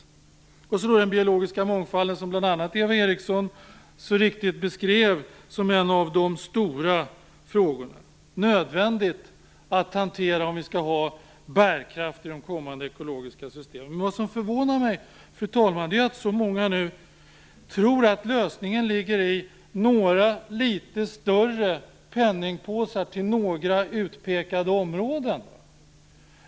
Bl.a. Eva Eriksson var inne på den biologiska mångfalden, som hon mycket riktigt beskrev som en av de stora frågorna och som en fråga som det är nödvändigt att hantera för att vi skall kunna få bärkraft i kommande ekologiska system. Fru talman! Vad som förvånar mig är att så många tror att lösningen ligger i några litet större penningpåsar till några utpekade områden.